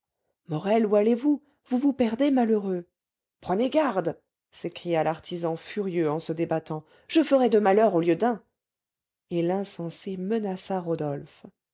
morel où allez-vous vous vous perdez malheureux prenez garde s'écria l'artisan furieux en se débattant je ferais deux malheurs au lieu d'un et l'insensé menaça rodolphe